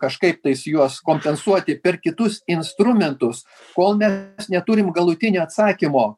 kažkaip tais juos kompensuoti per kitus instrumentus kol ne neturim galutinio atsakymo